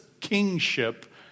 kingship